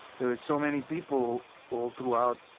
there were so many people all throughout,